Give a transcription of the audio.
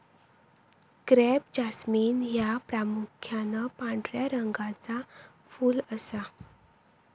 crape jasmine ह्या प्रामुख्यान पांढऱ्या रंगाचा फुल असा